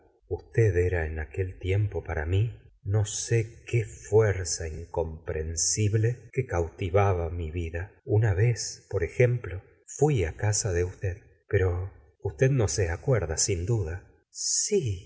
usted era en aquel tiempo para mí no sé qué fuerza incomprensible que cautivaba mi vida una vez por ejemplo fui á casa de usted pero usted no se acuerda sin duda si